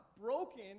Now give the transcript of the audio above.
Broken